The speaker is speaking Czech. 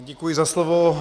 Děkuji za slovo.